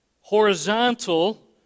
Horizontal